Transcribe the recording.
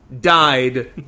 died